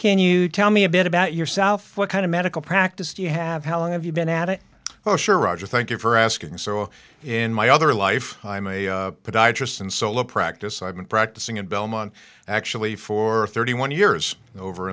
can you tell me a bit about yourself what kind of medical practice you have helen have you been at it oh sure roger thank you for asking so in my other life i'm a podiatrist and solo practice i've been practicing in belmont actually for thirty one years over